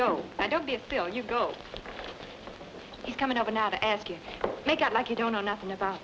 go i don't be a feel you go he's coming over now to ask you make out like you don't know nothing about